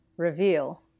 reveal